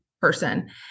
person